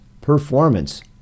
performance